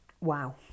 Wow